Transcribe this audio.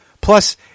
plus